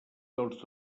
tots